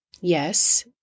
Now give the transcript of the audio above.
Yes